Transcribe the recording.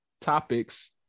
topics